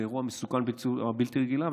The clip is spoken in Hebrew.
זה אירוע מסוכן בצורה בלתי רגילה,